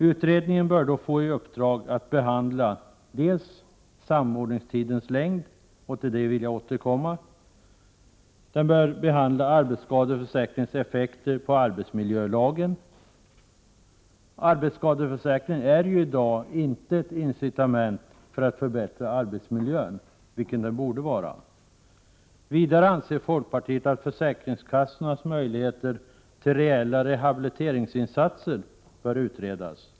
Utredningen bör få i uppdrag att behandla dels samordningstidens längd till den frågan vill jag återkomma —, dels arbetsskadeförsäkringens effekter på arbetsmiljölagen. Arbetsskadeförsäkringen utgör inte i dag ett incitament för att förbättra arbetsmiljön, vilket den dock borde göra. Vidare anser vi i folkpartiet att frågan om försäkringskassornas möjligheter att göra reella rehabiliteringsinsatser bör utredas.